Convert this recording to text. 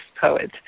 poet